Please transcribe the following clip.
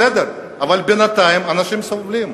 בסדר, אבל בינתיים אנשים סובלים.